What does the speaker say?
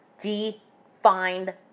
defined